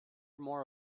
more